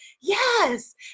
yes